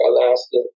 Alaska